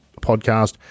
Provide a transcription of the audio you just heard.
podcast